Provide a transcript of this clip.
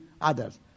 others